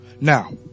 Now